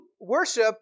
worship